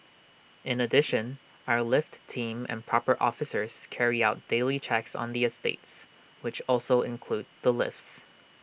in addition our lift team and proper officers carry out daily checks on the estates which also include the lifts